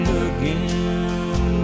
again